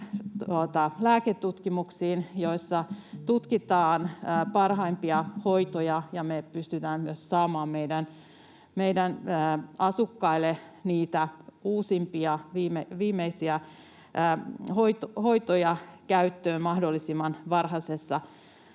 lääketutkimuksiin, joissa tutkitaan parhaimpia hoitoja, ja me pystytään myös saamaan meidän asukkaille niitä uusimpia, viimeisimpiä hoitoja käyttöön mahdollisimman varhaisessa